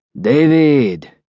David